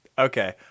Okay